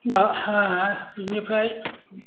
हा बेनिफ्राय